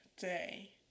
day